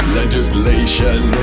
legislation